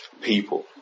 people